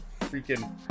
freaking